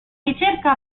ricerca